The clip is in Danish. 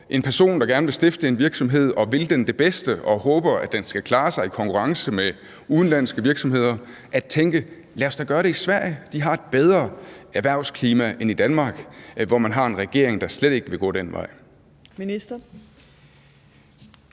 en person, der gerne vil stifte en virksomhed, og som vil den det bedste og håber, at den skal klare sig i konkurrencen med udenlandske virksomheder, at tænke: Lad os da gøre det i Sverige; de har et bedre erhvervsklima end Danmark, hvor man har en regering, der slet ikke vil gå den vej? Kl.